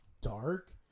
dark